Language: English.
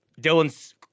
Dylan's